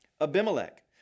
Abimelech